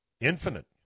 infinite